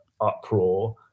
uproar